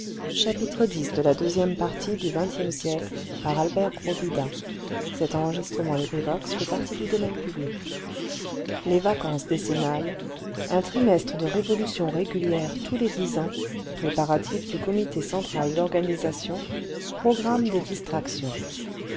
les vacances décennales un trimestre de révolution régulière tous les dix ans fréparatifs du comité central d'organisation programme des distractions